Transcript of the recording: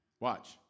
Watch